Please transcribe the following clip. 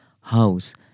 house